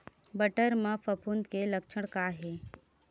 बटर म फफूंद के लक्षण का हे?